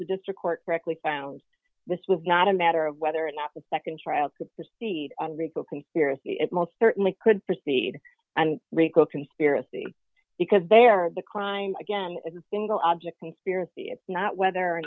the district court correctly found this was not a matter of whether or not the nd trial could proceed on rico conspiracy it most certainly could proceed and rico conspiracy because they are the crime again is a single object conspiracy it's not whether or